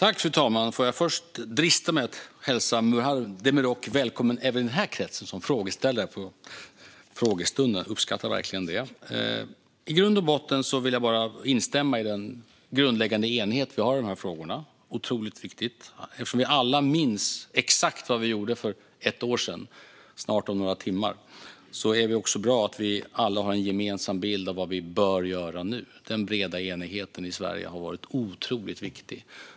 Fru talman! Låt mig först drista mig till att hälsa Muharrem Demirok välkommen även i den här kretsen, som frågeställare på frågestunden. Jag uppskattar verkligen hans närvaro. I grund och botten vill jag bara instämma i den grundläggande enighet vi har i de här frågorna. Det är otroligt viktigt. Eftersom vi alla minns exakt vad vi gjorde för snart, om några timmar, ett år sedan är det bra att vi alla har en gemensam bild av vad vi bör göra nu. Den breda enigheten i Sverige har varit otroligt viktig.